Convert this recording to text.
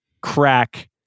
crack